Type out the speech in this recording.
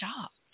shocked